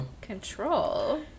Control